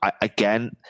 again